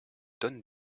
donne